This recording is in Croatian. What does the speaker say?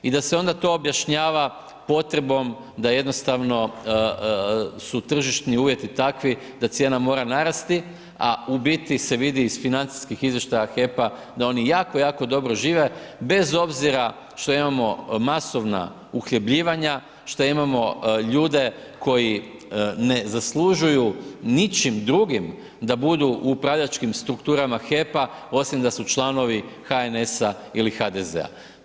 I da se onda to objašnjava potrebom da jednostavno su tržišni uvjeti takvi da cijena mora narasti, a u biti se vidi iz financijskih izvještaja HEP-a da oni jako, jako dobro žive, bez obzira što imamo masovna uhljebljivanja, što imamo ljude koji ne zaslužuju ničim drugim da budu u upravljačkim strukturama HEP—a, osim da su HNS-a ili HDZ-a.